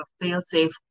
fail-safe